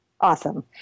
Awesome